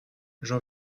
j’en